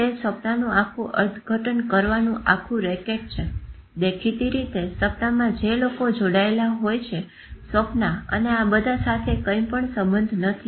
તે સ્વપ્નનું આખું અર્થઘટન કરવાનું આખું રેકેટ છે દેખીતી રીતે સપનામાં જે લોકો જોડાયેલા હોય છે સ્વપ્ના અને બધા સાથે કંઈપણ સંબંનધ નથી